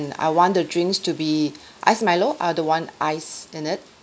I want the drinks to be ice milo I don't want ice in it